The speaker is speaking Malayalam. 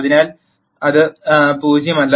അതിനാൽ ഇത് 0 അല്ല